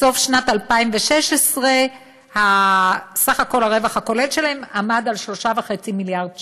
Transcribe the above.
בסוף שנת 2016 סכום הרווח הכולל שלהן היה 3.5 מיליארד ש"ח.